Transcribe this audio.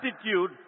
attitude